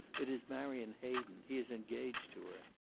it is marion hayden. he is engaged to her.